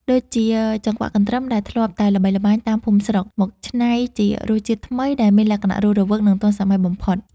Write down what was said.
ដូចជាចង្វាក់កន្ទ្រឹមដែលធ្លាប់តែល្បីល្បាញតាមភូមិស្រុក មកច្នៃជារសជាតិថ្មីដែលមានលក្ខណៈរស់រវើក និងទាន់សម័យបំផុត។